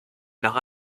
nach